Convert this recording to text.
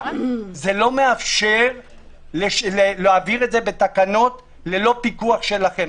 זה לא מאפשר להעביר את זה בתקנות ללא פיקוח שלכם.